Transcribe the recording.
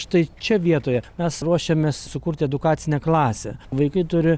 štai čia vietoje mes ruošiamės sukurt edukacinę klasę vaikai turi